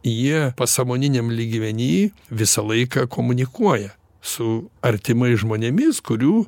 jie pasąmoniniam lygmeny visą laiką komunikuoja su artimais žmonėmis kurių